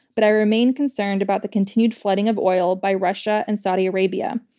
but i remain concerned about the continued flooding of oil by russia and saudi arabia.